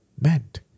meant